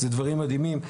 אלה דברים מדהימים.